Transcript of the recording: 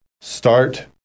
start